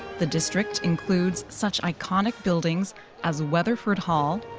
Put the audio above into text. the district includes such iconic buildings as weatherford hall,